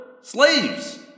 Slaves